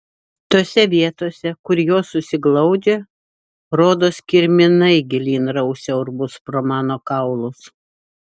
tose vietose kur jos susiglaudžia rodos kirminai gilyn rausia urvus pro mano kaulus